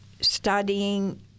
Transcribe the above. studying